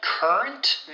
Current